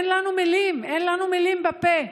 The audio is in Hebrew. אין לנו מילים, אין לנו מילים בפה.